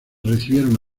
recibieron